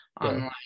online